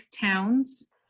towns